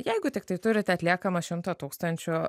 jeigu tiktai turit atliekamą šimtą tūkstančių